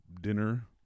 dinner